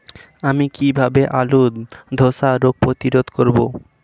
আমি কিভাবে আলুর ধ্বসা রোগ প্রতিরোধ করব?